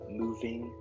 moving